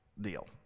deal